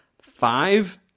five